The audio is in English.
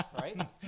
right